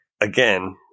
again